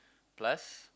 plus